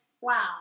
wow